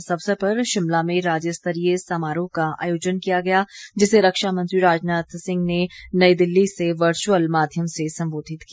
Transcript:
इस अवसर पर शिमला में राज्य स्तरीय समरोह का आयोजन किया गया जिसे रक्षा मंत्री राजनाथ सिंह ने नई दिल्ली से वर्चुअल माध्यम से संबोधित किया